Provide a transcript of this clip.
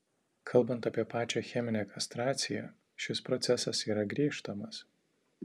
kalbant apie pačią cheminę kastraciją šis procesas yra grįžtamas